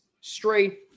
straight